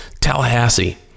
Tallahassee